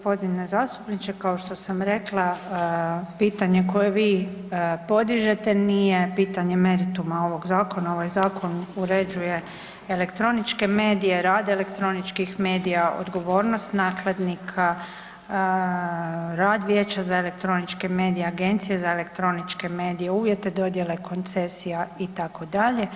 Poštovani g. zastupniče, kao što sam rekla pitanje koje vi podižete nije pitanje merituma ovog zakona, ovaj zakon uređuje elektroničke medije, rad elektroničnih medija, odgovornost nakladnika, rad Vijeća za elektroničke medije, Agencije za elektroničke medije, uvjete dodjele koncesija itd.